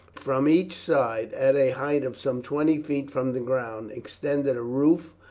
from each side, at a height of some twenty feet from the ground, extended a roof,